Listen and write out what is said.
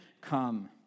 come